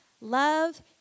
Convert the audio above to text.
love